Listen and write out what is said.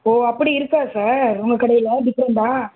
ஓ அப்படி இருக்கா சார் உங்கள் கடையில் டிஃப்ரெண்டாக